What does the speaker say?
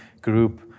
group